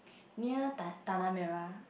near tan~ Tanah-Merah